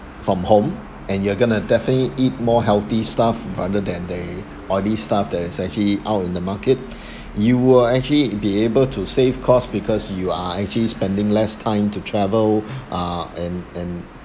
from home and you're going to definitely eat more healthy stuff rather than the oily stuff that is actually out in the market you will actually be able to save costs because you are actually spending less time to travel uh and and